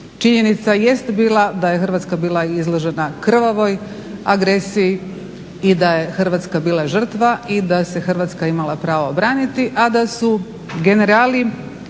Činjenica jest bila da je Hrvatska bila izložena krvavoj agresiji i da je Hrvatska bila žrtva i da se Hrvatska imala pravo braniti, a da su generali